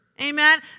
Amen